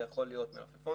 זה יכול להיות מלפפון,